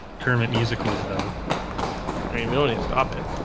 kermit musicals though i mean millions stop it.